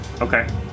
Okay